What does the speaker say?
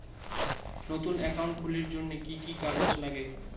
নতুন একাউন্ট খুলির জন্যে কি কি কাগজ নাগে?